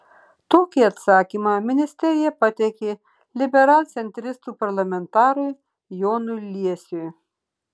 tokį atsakymą ministerija pateikė liberalcentristų parlamentarui jonui liesiui